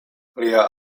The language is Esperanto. lia